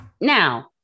Now